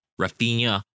Rafinha